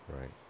right